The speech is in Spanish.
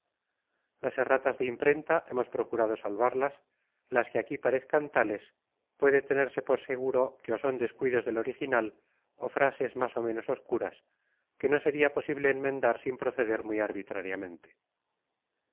las erratas de imprenta hemos procurado salvarlas las que aquí parezcan tales puede tenerse por seguro que ó son descuidos del original ó frases más ó ménos oscuras que no sería posible enmendar sin proceder muy arbitrariamente